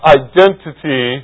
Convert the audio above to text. identity